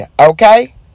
Okay